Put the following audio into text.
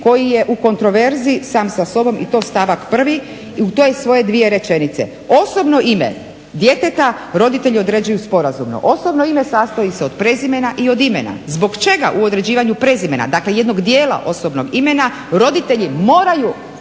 koji je u kontroverzi sam sa sobom i to stavak 1. u te svoje dvije rečenice. "Osobno ime djeteta roditelji određuju sporazumno". Osobni ime sastoji se od prezimena i od imena. Zbog čega u određivanju prezimena dakle jednog dijela osobnog imena roditelji moraju